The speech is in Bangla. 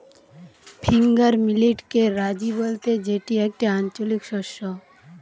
ফিঙ্গার মিলেটকে রাজি বলতে যেটি একটি আঞ্চলিক শস্য